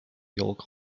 yolks